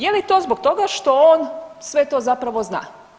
Je li to zbog toga što on sve to zapravo zna?